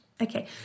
Okay